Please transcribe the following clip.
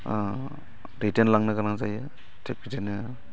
दैदेनलांनो गोनां जायो थिख बिदिनो